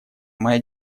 моя